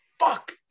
Fuck